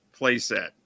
playset